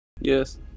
Yes